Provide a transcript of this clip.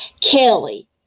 Kelly